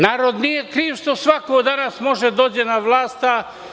Narod nije kriv što svako danas može da dođe na vlast.